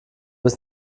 bis